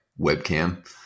webcam